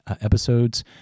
episodes